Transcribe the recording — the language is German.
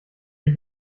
ich